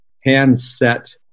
handset